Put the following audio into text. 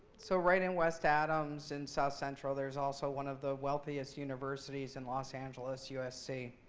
so right in west adams in south central, there is also one of the wealthiest universities in los angeles, usc.